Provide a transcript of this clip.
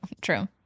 true